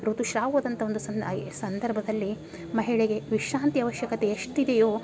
ಋತುಸ್ರಾವ ಆದಂಥ ಒಂದು ಸ ಆ ಈ ಸಂದರ್ಭದಲ್ಲಿ ಮಹಿಳೆಗೆ ವಿಶ್ರಾಂತಿ ಅವಶ್ಯಕತೆ ಎಷ್ಟು ಇದೆಯೋ